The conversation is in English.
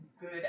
good